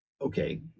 Okay